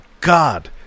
God